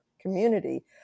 community